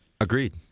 Agreed